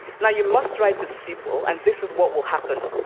now, you must write a sequel, and this is what will happen.